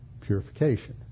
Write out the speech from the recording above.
Purification